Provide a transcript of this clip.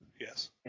Yes